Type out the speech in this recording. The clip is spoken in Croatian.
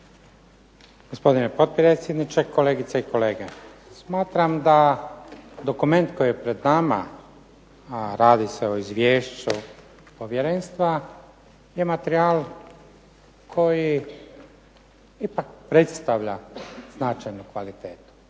Gospodine potpredsjedniče, kolegice i kolege. Smatram da dokument koji je pred nama, a radi se o izvješću povjerenstva, je materijal koji ipak predstavlja značajnu kvalitetu.